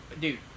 Dude